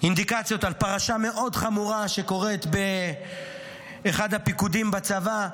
אינדיקציות על פרשה מאוד חמורה שקורית באחד הפיקודים בצבא.